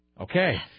Okay